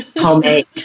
homemade